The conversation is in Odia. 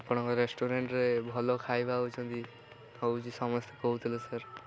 ଆପଣଙ୍କ ରେଷ୍ଟୁରାଣ୍ଟରେ ଭଲ ଖାଇବା ହଉଛନ୍ତି ହଉଛି ସମସ୍ତେ କହୁଥିଲେ ସାର୍